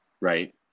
right